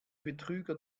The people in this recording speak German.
betrüger